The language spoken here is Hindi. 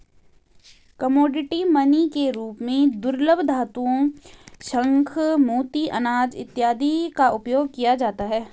कमोडिटी मनी के रूप में दुर्लभ धातुओं शंख मोती अनाज इत्यादि का उपयोग किया जाता है